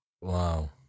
Wow